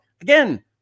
Again